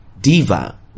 Diva